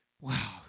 wow